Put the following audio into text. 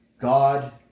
God